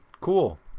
Cool